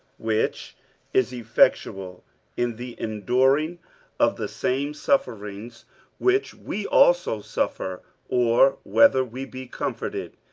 which is effectual in the enduring of the same sufferings which we also suffer or whether we be comforted,